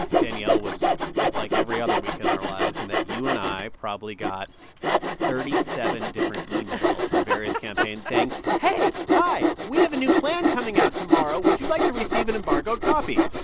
danielle, was just like every other week in our lives, in that you and i probably got thirty seven different emails. from various campaign saying, hey, hi, we have a new plan coming out tomorrow. would you like to receive an embargoed copy?